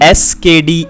skd